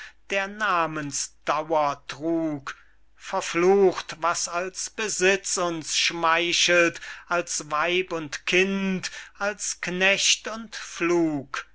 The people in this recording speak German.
der namensdauer trug verflucht was als besitz uns schmeichelt als weib und kind als knecht und